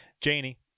Janie